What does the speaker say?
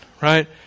Right